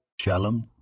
Shalom